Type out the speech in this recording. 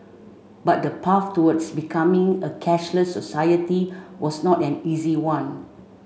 but the path towards becoming a cashless society was not an easy one